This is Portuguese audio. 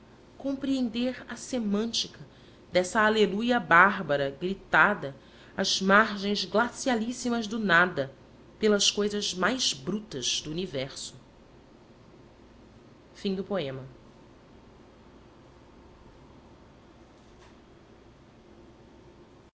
compreender a semântica dessa aleluia bárbara gritada às margens glacialíssimas do nada pelas coisas mais brutas do universo a